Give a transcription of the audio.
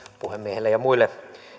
puhemiehelle ja muille